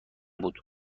بود